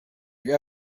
you